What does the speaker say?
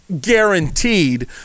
guaranteed